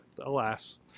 alas